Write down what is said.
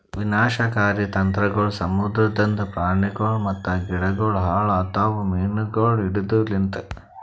ವಿನಾಶಕಾರಿ ತಂತ್ರಗೊಳ್ ಸಮುದ್ರದಾಂದ್ ಪ್ರಾಣಿಗೊಳ್ ಮತ್ತ ಗಿಡಗೊಳ್ ಹಾಳ್ ಆತವ್ ಮೀನುಗೊಳ್ ಹಿಡೆದ್ ಲಿಂತ್